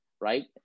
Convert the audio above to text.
right